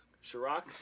Chirac